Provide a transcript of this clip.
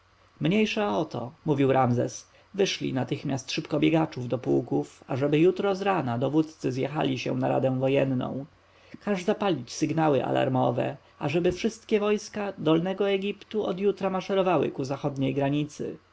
mniejsza o to mówił ramzes wyślij natychmiast szybkobiegaczów do pułków ażeby jutro z rana dowódcy zjechali się na radę wojenną każ zapalić sygnały alarmowe ażeby wszystkie wojska dolnego egiptu od jutra maszerowały ku zachodniej granicy